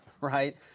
right